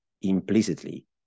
implicitly